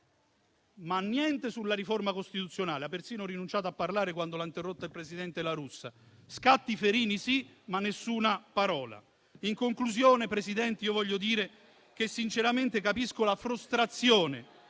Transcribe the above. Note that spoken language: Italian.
ma niente sulla riforma costituzionale. Ha persino rinunciato a parlare quando lo ha interrotto il presidente La Russa: scatti ferini sì, ma nessuna parola. In conclusione, signora Presidente, vorrei dire che sinceramente capisco la frustrazione